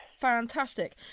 Fantastic